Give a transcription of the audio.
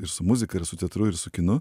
ir su muzika ir su teatru ir su kinu